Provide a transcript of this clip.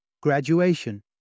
graduation